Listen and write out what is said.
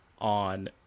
on